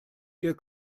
ihr